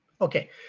Okay